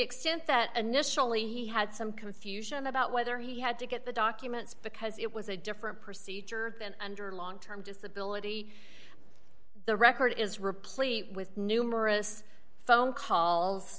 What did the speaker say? extent that initially he had some confusion about whether he had to get the documents because it was a different procedure and under long term disability the record is replete with numerous phone calls